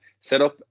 setup